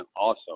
awesome